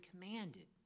commanded